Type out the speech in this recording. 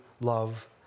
love